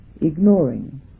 Ignoring